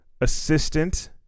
assistant